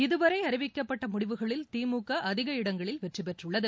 இதுவரை அறிவிக்கப்பட்ட முடிவுகளில் திமுக அதிக இடங்களில் வெற்றிபெற்றுள்ளது